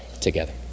together